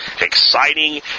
exciting